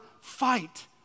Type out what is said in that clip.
fight